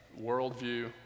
Worldview